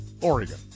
Oregon